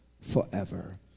forever